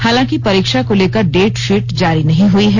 हालांकि परीक्षा को लेकर डेटशीट जारी नहीं हई है